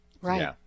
Right